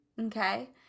okay